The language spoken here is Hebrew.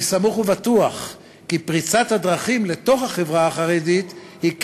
אני סמוך ובטוח כי פריצת הדרכים לתוך החברה החרדית היא קריטית,